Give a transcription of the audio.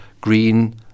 green